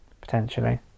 potentially